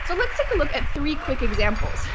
so let's take a look at three quick examples.